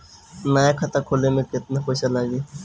नया खाता खोले मे केतना पईसा लागि?